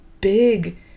big